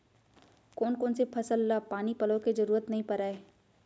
कोन कोन से फसल ला पानी पलोय के जरूरत नई परय?